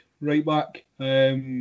right-back